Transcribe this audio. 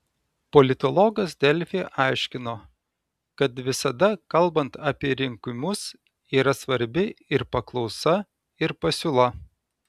politologas delfi aiškino kad visada kalbant apie rinkimus yra svarbi ir paklausa ir pasiūla